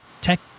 tech